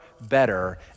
better